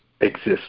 exist